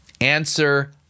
Answer